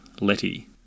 Letty